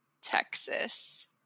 texas